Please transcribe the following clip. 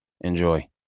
Enjoy